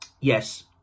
Yes